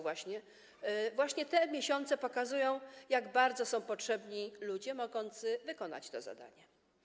Właśnie te miesiące pokazują, jak bardzo są potrzebni ludzie mogący wykonać to zadanie.